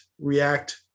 react